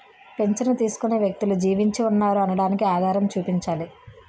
పింఛను తీసుకునే వ్యక్తులు జీవించి ఉన్నారు అనడానికి ఆధారం చూపించాలి